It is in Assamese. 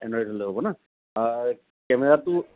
এণ্ড্ৰইড হ'লে হ'ব ন কেমেৰাটো